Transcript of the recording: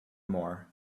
more